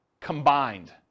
combined